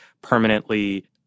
permanently